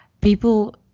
people